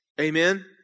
Amen